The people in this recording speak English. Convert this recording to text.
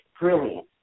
brilliant